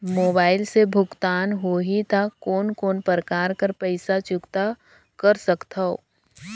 Mobile से भुगतान होहि त कोन कोन प्रकार कर पईसा चुकता कर सकथव?